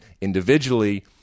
individually